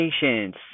Patience